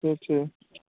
से छै